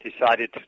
decided